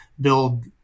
build